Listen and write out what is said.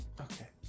Okay